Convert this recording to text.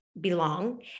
belong